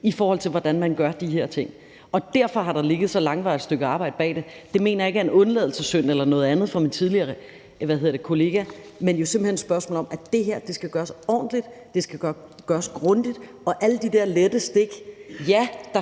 i forhold til hvordan man gør de her ting, og derfor har der ligget så langvarigt et stykke arbejde bag det. Det mener jeg ikke er en undladelsessynd eller noget andet fra min tidligere kollegas side, men det er jo simpelt hen et spørgsmål om, at det her skal gøres ordentligt, at det skal gøres grundigt. Der er alle de der lette stik: Ja, der